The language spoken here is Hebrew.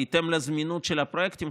בהתאם לזמינות של הפרויקטים,